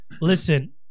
listen